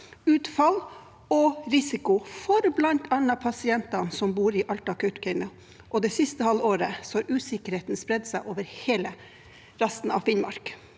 utfall og risiko for bl.a. pasienter som bor i Alta og Kautokeino, og det siste halvåret har usikkerheten spredd seg over hele resten av Finnmark.